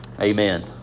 Amen